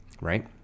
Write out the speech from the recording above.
right